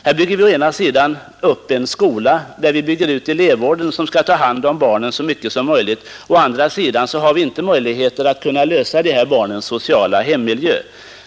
Här skapar vi å ena sidan en skola där vi bygger ut elevvården, som skall ta hand om barnen så mycket som möjligt, men å andra sidan bidrar vår samhällsutveckling till att skapa en social miljö som motverkar skolans arbete.